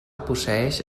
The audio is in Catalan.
posseeix